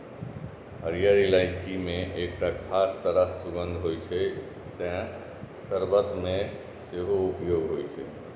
हरियर इलायची मे एकटा खास तरह सुगंध होइ छै, तें शर्बत मे सेहो उपयोग होइ छै